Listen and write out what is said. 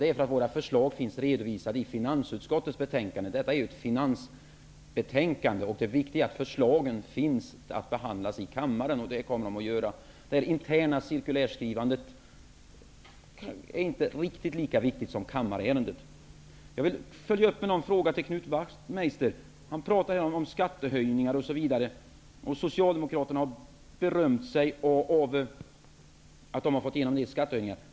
Det är för att våra förslag finns redovisade i finansutskottets betänkande. Vi debatterar ju nu ett betänkande från finansutskottet. Det viktiga är att förslagen behandlas i kammaren. Det interna cirkulärskrivandet är inte riktigt lika viktigt som kammarärendet. Jag vill följa upp med ett par frågor till Knut Wachtmeister. Han pratar om skattehöjningar osv. Socialdemokraterna har berömt sig för att de har fått igenom en del skattehöjningar.